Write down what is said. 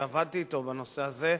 שעבדתי אתו בנושא הזה: